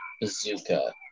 Bazooka